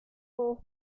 port